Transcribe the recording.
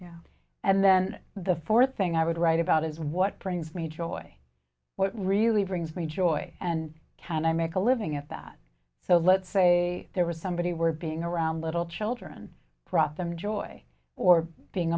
yeah and then the fourth thing i would write about is what brings me joy what really brings me joy and can i make a living at that so let's say there was somebody were being around little children brought them joy or being